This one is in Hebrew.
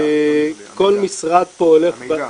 כל משרד פה הולך --- המידע.